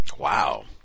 Wow